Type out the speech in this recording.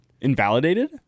invalidated